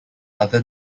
other